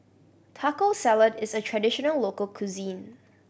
Taco Salad is a traditional local cuisine